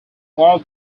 oil